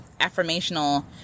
affirmational